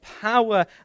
power